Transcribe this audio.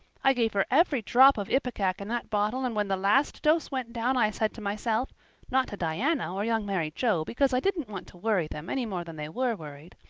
i gave her every drop of ipecac in that bottle and when the last dose went down i said to myself not to diana or young mary joe, because i didn't want to worry them any more than they were worried,